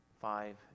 five